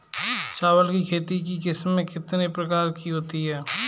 चावल की खेती की किस्में कितने प्रकार की होती हैं?